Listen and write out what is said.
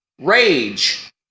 rage